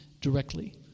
directly